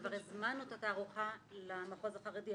כבר הזמנו את התערוכה למחוז החרדי.